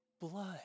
blood